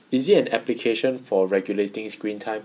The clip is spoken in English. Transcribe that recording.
is it an application for regulating screen time